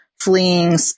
fleeing